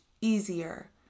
easier